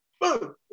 Boom